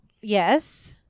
Yes